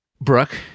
Brooke